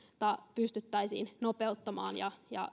pystyttäisiin nopeuttamaan ja ja